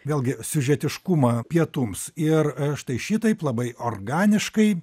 vėlgi siužetiškumą pietums ir štai šitaip labai organiškai